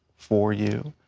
for you,